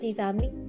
family